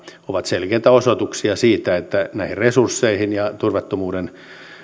ovat selkeitä osoituksia siitä että näihin resursseihin ja turvattomuuden